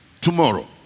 tomorrow